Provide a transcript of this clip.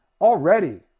already